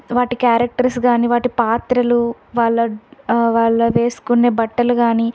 వాటి క్యారెక్టర్స్ కానీ వాటి పాత్రలు వాళ్ళ వాళ్ళ వేసుకునే బట్టలు కానీ